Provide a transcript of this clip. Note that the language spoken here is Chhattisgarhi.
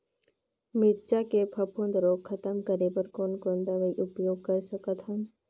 मिरचा के फफूंद रोग खतम करे बर कौन कौन दवई उपयोग कर सकत हन?